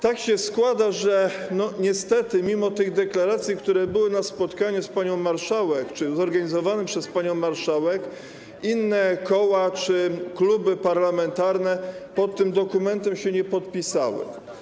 Tak się składa, że niestety mimo tych deklaracji, które padły na spotkaniu z panią marszałek czy zorganizowanym przez panią marszałek, inne koła czy kluby parlamentarne pod tym dokumentem się nie podpisały.